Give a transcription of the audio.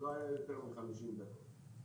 לא היה יותר מ-50 דקות.